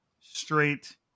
straight